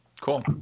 Cool